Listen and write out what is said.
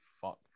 fuck